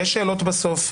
יהיו שאלות בסוף.